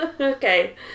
Okay